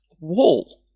wall